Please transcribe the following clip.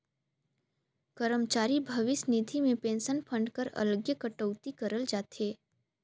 करमचारी भविस निधि में पेंसन फंड कर अलगे कटउती करल जाथे